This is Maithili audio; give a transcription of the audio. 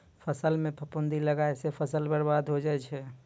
फसल म फफूंदी लगला सँ फसल बर्बाद होय जाय छै